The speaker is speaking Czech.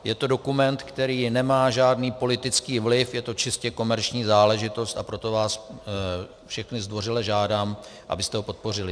Je to dokument, který nemá žádný politický vliv, je to čistě komerční záležitost, a proto vás všechny zdvořile žádám, abyste ho podpořili.